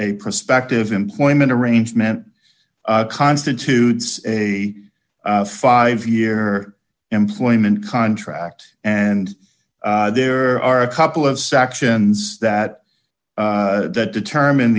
a prospective employment arrangement constitutes a five year employment contract and there are a couple of sections that that determine